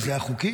זה היה חוקי?